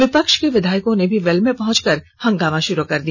विपक्ष के विधायकों ने भी वेल में पहुंचकर हंगामा शुरू कर दिया